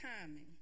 timing